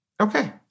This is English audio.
Okay